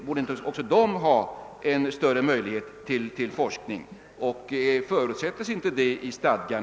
Borde inte också de ha möjlighet till forskning och förutsättes det inte i stadgan?